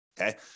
okay